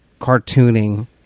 cartooning